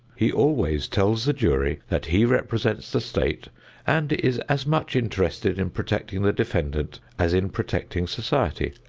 he always tells the jury that he represents the state and is as much interested in protecting the defendant as in protecting society.